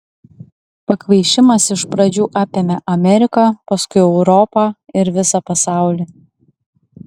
pakvaišimas iš pradžių apėmė ameriką paskui europą ir visą pasaulį